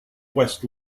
west